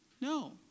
No